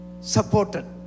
supported